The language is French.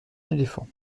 éléphant